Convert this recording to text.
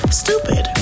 stupid